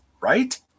right